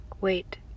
Wait